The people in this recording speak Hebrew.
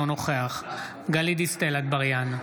אינו נוכח גלית דיסטל אטבריאן,